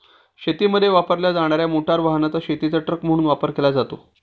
शेतीमध्ये वापरल्या जाणार्या मोटार वाहनाचा शेतीचा ट्रक म्हणून वापर केला जातो